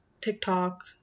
TikTok